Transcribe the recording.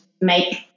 make